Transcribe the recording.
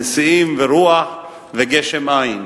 נשיאים ורוח וגשם אין.